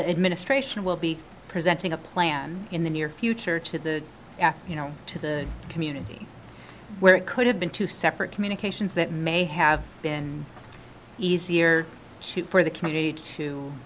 the administration will be presenting a plan in the near future to the you know to the community where it could have been two separate communications that may have been easier for the comm